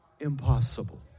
impossible